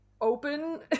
open